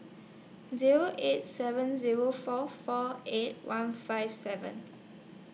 Zero eight seven Zero four four eight one five seven